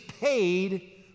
paid